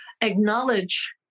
acknowledge